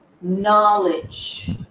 knowledge